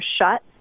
shut